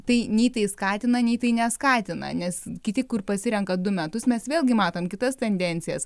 tai nei tai skatina nei tai neskatina nes kiti kur pasirenka du metus mes vėlgi matom kitas tendencijas